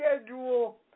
schedule